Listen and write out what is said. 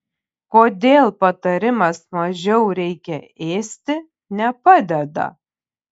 kodėl patarimas mažiau reikia ėsti nepadeda